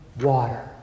water